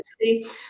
see